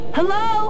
Hello